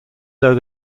though